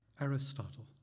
Aristotle